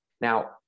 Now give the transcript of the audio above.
now